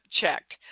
checked